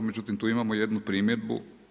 Međutim, tu imamo jednu primjedbu.